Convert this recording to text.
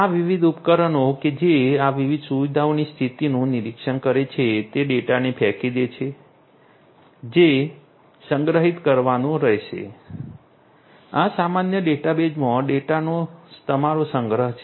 આ વિવિધ ઉપકરણો કે જે આ વિવિધ સુવિધાઓની સ્થિતિનું નિરીક્ષણ કરે છે તે ડેટાને ફેંકી દે છે જે સંગ્રહિત કરવાનો રહેશે આ સામાન્ય ડેટાબેઝમાં ડેટાનો તમારો સંગ્રહ છે